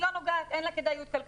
היא לא נוגעת כי אין לה כדאיות כלכלית.